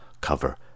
cover